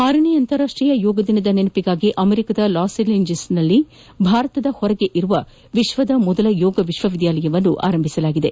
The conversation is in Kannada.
ಆರನೇ ಅಂತಾರಾಷ್ಟೀಯ ಯೋಗ ದಿನದ ಸ್ಮರಣಾರ್ಥ ಅಮೆರಿಕಾದ ಲಾಸ್ಏಂಜಲೀಸ್ನಲ್ಲಿ ಭಾರತದ ಹೊರಗಿರುವ ವಿಶ್ವದ ಮೊದಲ ಯೋಗ ವಿಶ್ವವಿದ್ಯಾಲಯವನ್ನು ಆರಂಭಿಸಲಾಗಿದೆ